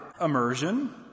immersion